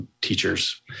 teachers